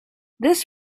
this